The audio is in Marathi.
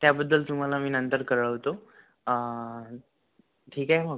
त्याबद्दल तुम्हाला मी नंतर कळवतो ठीक आहे मग